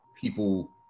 people